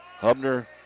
Hubner